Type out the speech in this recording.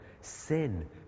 Sin